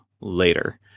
later